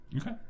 Okay